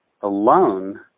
alone